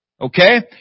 Okay